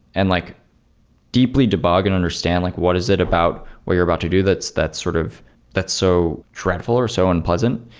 and like deeply debug and understand like what is it about what you're about to do that's that's sort of so dreadful, or so unpleasant.